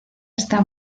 está